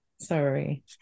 Sorry